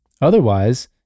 Otherwise